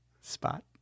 spot